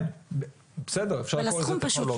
כן, בסדר אפשר לקרוא לזה טכנולוגיה.